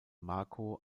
marko